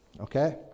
okay